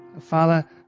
Father